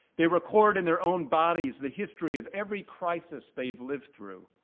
they record in their own bodies the history of every crisis they've lived through.